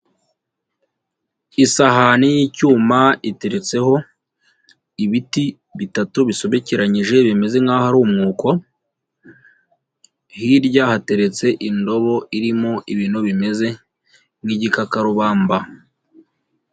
Isahani y'icyuma, iteretseho ibiti bitatu bisobekeranyije bimeze nk'aho ari umwuko, hirya hateretse indobo, irimo ibintu bimeze nk'igikakarubamba.